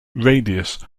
radius